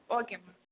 ஓகேம்மா